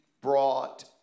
brought